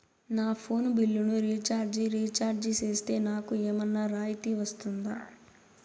నా ఫోను బిల్లును recharge recharge సేస్తే, నాకు ఏమన్నా రాయితీ వస్తుందా?